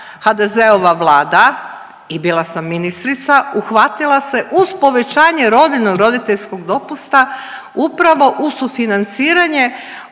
HDZ-ova Vlada i bila sam ministrica, uhvatila se uz povećanje rodiljno-roditeljskog dopusta upravo u sufinanciranje